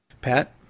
Pat